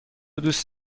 دوست